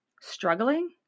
struggling